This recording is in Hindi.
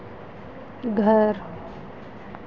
घर